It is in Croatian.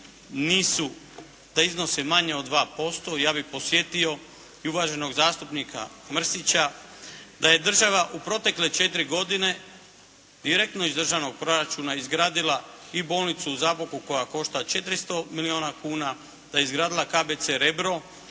da iznose manje od 2%, ja bih podsjetio i uvaženog zastupnika Mrsića, da je Država u protekle 4 godine direktno iz Državnog proračuna i bolnicu u Zaboku koja košta 400 milijuna kuna, da je izgradila KBC Rebro,